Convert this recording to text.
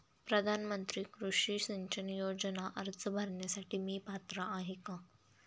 प्रधानमंत्री कृषी सिंचन योजना अर्ज भरण्यासाठी मी पात्र आहे का?